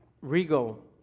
regal